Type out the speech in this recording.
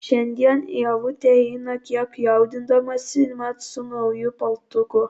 šiandien ievutė eina kiek jaudindamasi mat su nauju paltuku